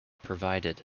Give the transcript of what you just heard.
provided